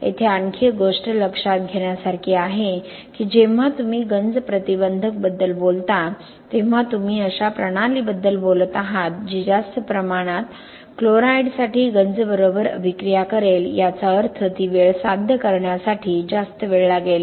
येथे आणखी एक गोष्ट लक्षात घेण्यासारखी आहे की जेव्हा तुम्ही गंज प्रतिबंधक बद्दल बोलतो तेव्हा तुम्ही अशा प्रणालीबद्दल बोलत आहात जी जास्त प्रमाणात क्लोराईड्ससाठी गंजबरोबर अभिक्रिया करेल याचा अर्थ ती वेळ साध्य करण्यासाठी जास्त वेळ लागेल